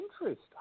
interest